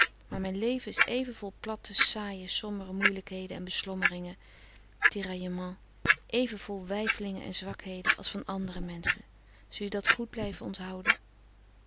maar mijn leventje is even vol platte saaie sombere moeielijkheden en beslommeringen tiraillements even vol weifelingen en zwakheden als van andere menschen zul je dat goed blijven onthouden